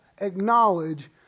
acknowledge